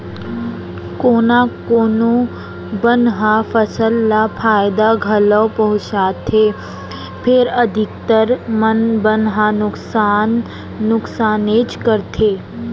कोना कोनो बन ह फसल ल फायदा घलौ पहुँचाथे फेर अधिकतर बन ह नुकसानेच करथे